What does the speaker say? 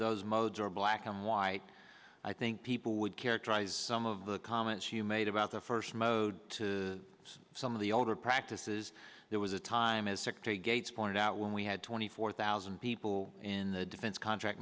are black and white i think people would characterize some of the comments you made about the first mode to some of the older practices there was a time as secretary gates pointed out when we had twenty four thousand people in the defense contract